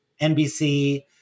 NBC